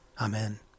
Amen